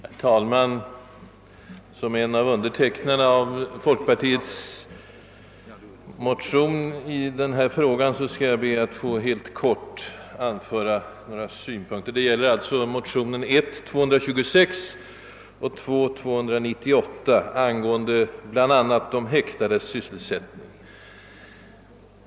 Herr talman! Som en av undertecknarna av folkpartiets motion i denna fråga skall jag be att få helt kort anföra några synpunkter. Det gäller alltså motionsparet I: 226 och II: 298 angående bl.a. de häktades sysselsättning.